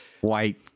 white